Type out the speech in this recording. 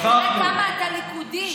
כמה אתה ליכודי.